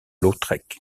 lautrec